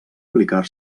aplicar